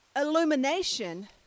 illumination